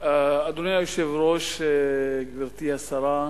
אדוני היושב-ראש, גברתי השרה,